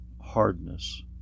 hardness